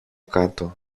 κάτω